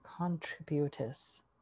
contributors